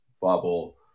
bubble